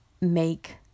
make